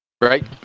Right